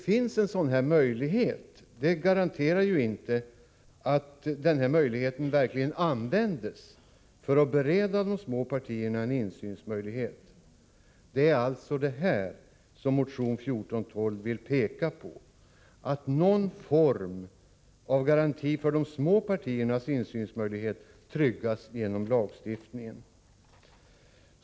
Att en sådan här möjlighet finns garanterar dock inte att denna möjlighet verkligen används för att bereda de små partierna insyn. Vi vill alltså i motion 1412 peka på att någon form av garanti för de små partiernas insynsmöjlighet bör tryggas genom lagstiftning.